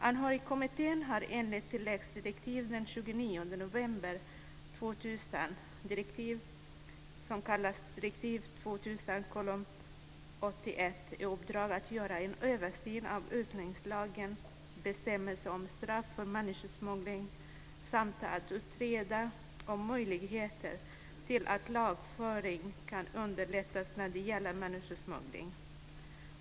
Anhörigkommittén har enligt tilläggsdirektiv den 29 november 2000, dir. 2000:81, i uppdrag att göra en översyn av utlänningslagens bestämmelser om straff för människosmuggling samt att utreda om möjligheterna till lagföring kan underlättas när det gäller människosmuggling.